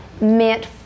meant